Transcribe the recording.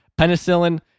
penicillin